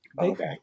Okay